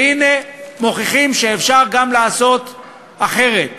והנה מוכיחים שאפשר גם לעשות אחרת.